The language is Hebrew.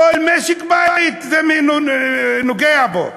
כל משק-בית, זה נוגע בו.